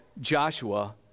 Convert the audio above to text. Joshua